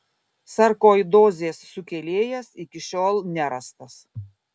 sarkoidozės sukėlėjas iki šiol nerastas